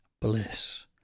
Bliss